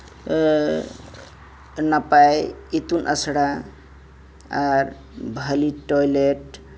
ᱱᱟᱯᱟᱭ ᱤᱛᱩᱱ ᱟᱥᱲᱟ ᱟᱨ ᱵᱷᱟᱹᱞᱤ ᱴᱚᱭᱞᱮᱴ